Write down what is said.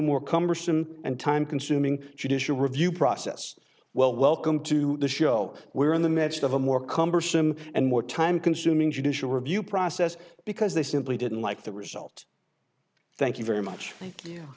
more cumbersome and time consuming judicial review process well welcome to the show we're in the midst of a more cumbersome and more time consuming judicial review process because they simply didn't like the result thank you very much y